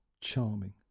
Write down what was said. charming